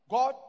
God